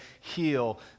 heal